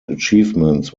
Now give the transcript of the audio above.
achievements